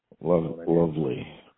Lovely